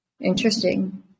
Interesting